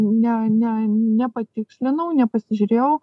ne ne nepatikslinau nepasižiūrėjau